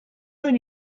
there